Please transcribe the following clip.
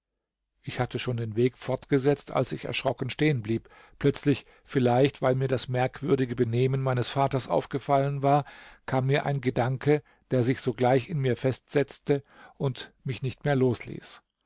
ich hatte schon den weg fortgesetzt als ich erschrocken stehen blieb plötzlich vielleicht weil mir das merkwürdige benehmen meines vaters aufgefallen war kam mir ein gedanke der sich sogleich in mir festsetzte und mich nicht mehr losließ